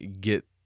get